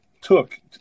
took